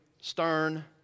Stern